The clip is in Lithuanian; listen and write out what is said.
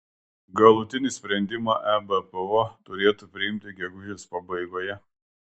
galutinį sprendimą ebpo turėtų priimti gegužės pabaigoje